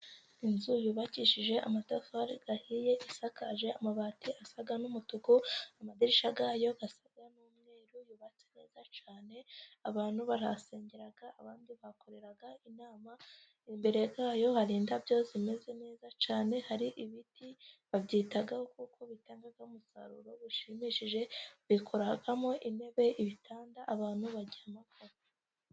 Inzu yubakishije amatafari ahiye, isakaje amabati asa n'umutuku amadirishya yayo asa n'umweru yubatse neza cyane, abantu barahasengera abandi bahakorera inama imbere yayo hari indabyo zimeze neza cyane, hari ibiti babyitaho kuko bitanga umusaruro ushimishije, bakoramo intebe, ibitanda abantu baryamaho.